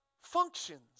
functions